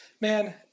Man